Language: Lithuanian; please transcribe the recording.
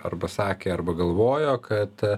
arba sakė arba galvojo kad